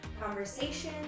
conversation